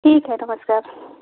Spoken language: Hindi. ठीक है तो बस